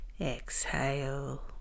exhale